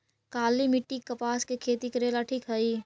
काली मिट्टी, कपास के खेती करेला ठिक हइ?